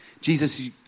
Jesus